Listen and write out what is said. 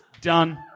Done